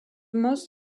most